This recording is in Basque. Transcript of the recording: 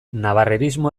navarrerismo